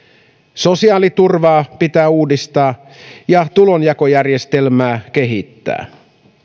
sosiaaliturvaa pitää uudistaa ja tulonjakojärjestelmää kehittää